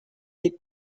des